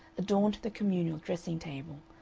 adorned the communal dressing-table,